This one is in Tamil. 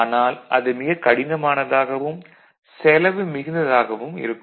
ஆனால் அது மிக கடினமானதாகவும் செலவு மிகுந்ததாகவும் இருக்கும்